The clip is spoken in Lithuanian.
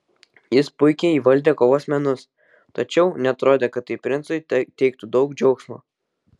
jis puikiai įvaldė kovos menus tačiau neatrodė kad tai princui teiktų daug džiaugsmo